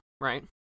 right